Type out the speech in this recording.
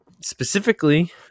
specifically